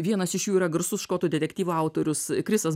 vienas iš jų yra garsus škotų detektyvų autorius chrisas